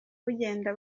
bugenda